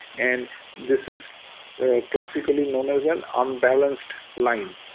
and this is classically known as an unbalanced line.